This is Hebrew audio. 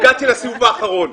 הגעתי לסיבוב האחרון.